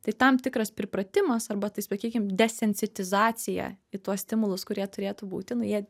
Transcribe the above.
tai tam tikras pripratimas arba tai sakykim desensitizacija į tuos stimulus kurie turėtų būti nu jie